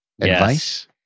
advice